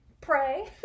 pray